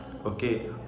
Okay